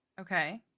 Okay